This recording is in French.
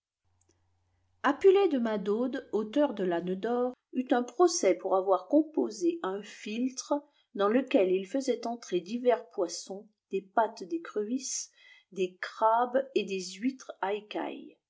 de madade auteur de vane d'or eut un procès pour avoir wmposé un philtreans lequel il faisait entrer divers poissons des pattes d'écrevisses des crabes et des huîtres